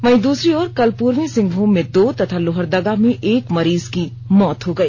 वहीं दूसरी ओर कल पूर्वी डक्षसहभूम में दो तथा लोहरदगा में एक मरीज की मौत हो गई